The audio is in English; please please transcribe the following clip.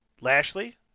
Lashley